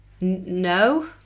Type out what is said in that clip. No